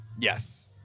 Yes